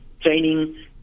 training